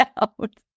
out